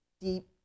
deep